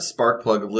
Sparkplug